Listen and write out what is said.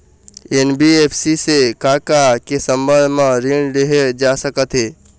NBFC से का का के संबंध म ऋण लेहे जा सकत हे?